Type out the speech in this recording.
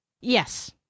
yes